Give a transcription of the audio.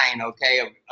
okay